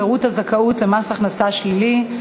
פירוט הזכאות למס הכנסה שלילי),